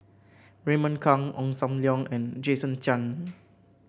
Raymond Kang Ong Sam Leong and Jason Chan